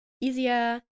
Easier